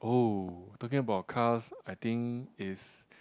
oh talking about cars I think is